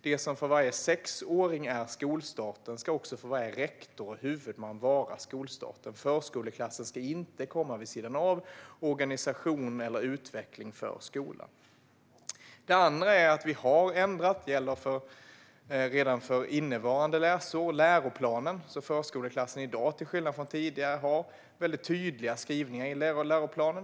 Det som för varje sexåring är skolstarten ska också för varje rektor och huvudman vara skolstarten. Förskoleklassen ska inte komma vid sidan av organisation eller utveckling för skolan. Det andra är att vi har ändrat läroplanen - det gäller redan för innevarande läsår - så att förskoleklassen i dag till skillnad från tidigare har tydliga skrivningar i läroplanen.